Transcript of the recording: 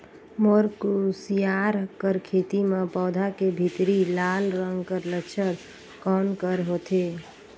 मोर कुसियार कर खेती म पौधा के भीतरी लाल रंग कर लक्षण कौन कर होथे?